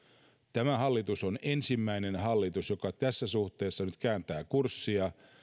tämä hallitus on ensimmäinen hallitus joka tässä suhteessa nyt kääntää kurssia